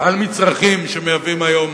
על מצרכים שמהווים היום